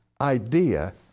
idea